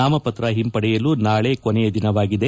ನಾಮಪತ್ರ ಹಿಂಪಡೆಯಲು ನಾಳೆ ಕೊನೆಯ ದಿನವಾಗಿದೆ